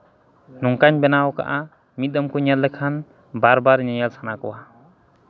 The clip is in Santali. ᱱᱚᱝᱠᱟᱧ ᱵᱮᱱᱟᱣ ᱠᱟᱜᱼᱟ ᱢᱤᱫ ᱫᱚᱢ ᱠᱚ ᱧᱮᱞ ᱞᱮᱠᱷᱟᱱ ᱵᱟᱨ ᱵᱟᱨ ᱧᱮᱧᱮᱞ ᱥᱟᱱᱟ ᱠᱚᱣᱟ